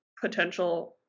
potential